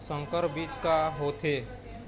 संकर बीज का होथे?